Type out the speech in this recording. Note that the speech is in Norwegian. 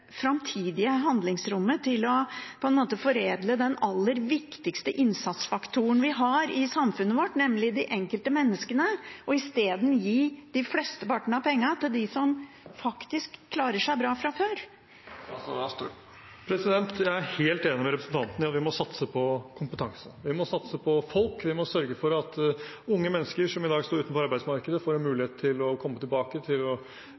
framtidige handlingsrommet til å på en måte foredle den aller viktigste innsatsfaktoren vi har i samfunnet vårt, nemlig de enkelte menneskene, men isteden gir mesteparten av pengene til dem som faktisk klarer seg bra fra før? Jeg er helt enig med representanten i at vi må satse på kompetanse. Vi må satse på folk. Vi må sørge for at unge mennesker som i dag står utenfor arbeidsmarkedet, får en mulighet til å komme tilbake for å